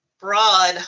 broad